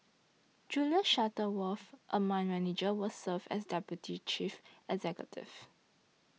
Julie Shuttleworth a mine manager will serve as deputy chief executive